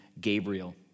Gabriel